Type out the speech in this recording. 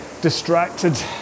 distracted